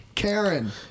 Karen